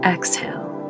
Exhale